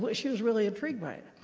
but she was really intrigued by it.